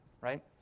Right